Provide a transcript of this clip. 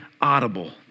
audible